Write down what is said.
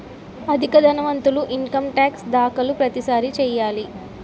అధిక ధనవంతులు income tax దాఖలు ప్రతిసారి చేయాలి